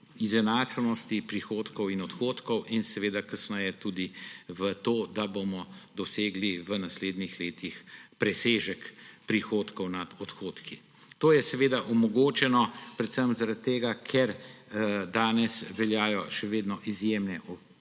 izenačenosti prihodkov in odhodkov in kasneje tudi v to, da bomo dosegli v naslednjih letih presežek prihodkov nad odhodki. To je seveda omogočeno predvsem zaradi tega, ker danes še vedno veljajo izjemne